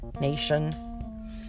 nation